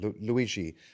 Luigi